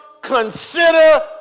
consider